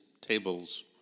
tables